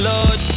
Lord